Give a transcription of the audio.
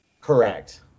Correct